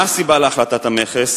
מה הסיבה להחלטת המכס?